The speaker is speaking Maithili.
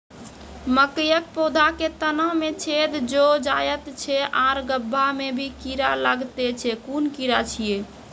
मकयक पौधा के तना मे छेद भो जायत छै आर गभ्भा मे भी कीड़ा लागतै छै कून कीड़ा छियै?